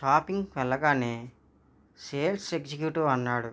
షాపింగ్కి వెళ్ళగానే sales executive అన్నాడు